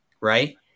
right